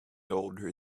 older